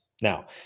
Now